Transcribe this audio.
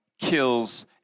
kills